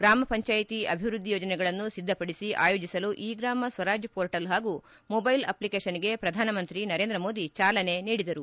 ಗ್ರಾಮ ಪಂಚಾಯಿತಿ ಅಭಿವೃದ್ದಿ ಯೋಜನೆಗಳನ್ನು ಸಿದ್ದಪಡಿಸಿ ಆಯೋಜಿಸಲು ಇ ಗ್ರಾಮ ಸ್ವರಾಜ್ ಪೋರ್ಟಲ್ ಹಾಗೂ ಮೊಬೈಲ್ ಅಷ್ಲಿಕೇಷನ್ಗೆ ಪ್ರಧಾನಮಂತ್ರಿ ನರೇಂದ್ರ ಮೋದಿ ಚಾಲನೆ ನೀಡಿದರು